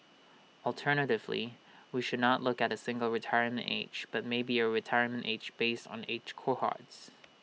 alternatively we should not look at A single retirement age but maybe A retirement age based on age cohorts